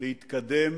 להתקדם